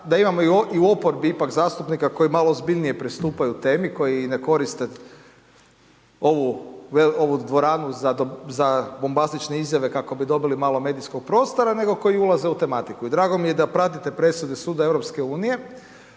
da imamo i u oporbi ipak zastupnika koji malo ozbiljnije pristupaju temi, koji ne koriste ovu dvoranu za bombastične izjave kako bi dobili malo medijskog prostora, nego koji ulaze u tematiku i drago mi je da pratite presude suda EU,